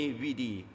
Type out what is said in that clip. vidi